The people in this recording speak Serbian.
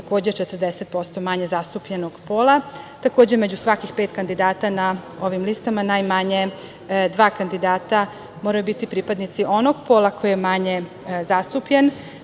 takođe 40% manje zastupljenog pola, takođe među svakih pet kandidata na ovim listama najmanje dva kandidata moraju biti pripadnici onog pola koji je manje zastupljen. Znači,